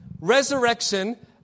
resurrection